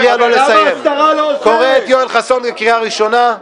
--- למה השרה לא --- אני קורא את יואל חסון בקריאה ראשונה.